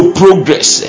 progress